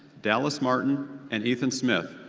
dallas martin and ethan smith,